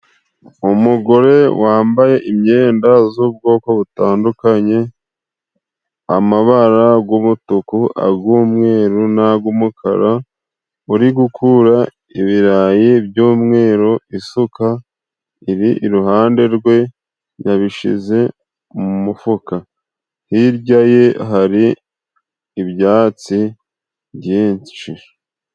Umugore wambaye imyenda z'ubwoko butandukanye amabara g'umutuku ag'umweru n'ag'umukara, uri gukura ibirayi by'umweru, isuka iri iruhande rwe yabishize mu mufuka, hirya ye hari ibyatsi byinshi.